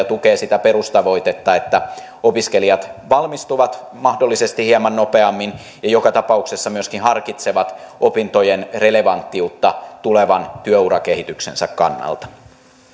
tukee sitä perustavoitetta että opiskelijat valmistuvat mahdollisesti hieman nopeammin ja joka tapauksessa myöskin harkitsevat opintojen relevanttiutta tulevan työurakehityksensä kannalta